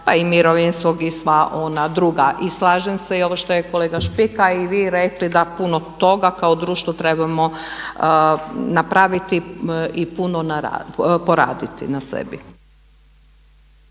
pa i Mirovinskog i sva ona druga. I slažem se i ovo što je kolega Špika i vi rekli da puno toga kao društvo trebamo napraviti i puno poraditi na sebi.